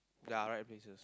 ya right faces